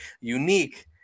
unique